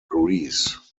greece